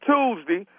Tuesday